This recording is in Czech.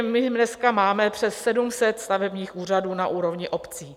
My dneska máme přes 700 stavebních úřadů na úrovni obcí.